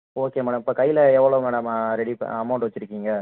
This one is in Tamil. ஓகே மேடம் இப்போ கையில் எவ்வளோ மேடம் ரெடி பண்ணி அமௌண்ட் வெச்சிருக்கீங்க